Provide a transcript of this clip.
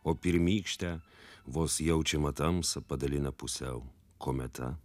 o pirmykštę vos jaučiamą tamsą padalina pusiau kometa